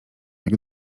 jak